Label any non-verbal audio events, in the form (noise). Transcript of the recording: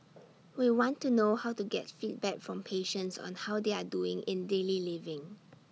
(noise) we want to know how to get feedback from patients on how they are doing in daily living